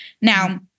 Now